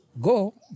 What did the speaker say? Go